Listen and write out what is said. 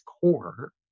core